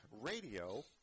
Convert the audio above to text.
radio